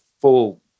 full